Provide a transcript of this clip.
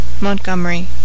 Montgomery